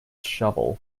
shovel